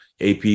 ap